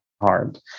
hard